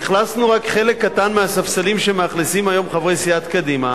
אכלסנו רק חלק קטן מהספסלים שמאכלסים היום חברי סיעת קדימה,